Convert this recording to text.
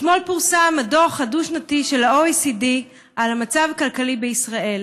אתמול פורסם הדוח הדו-שנתי של ה-OECD על המצב הכלכלי בישראל,